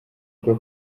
rwo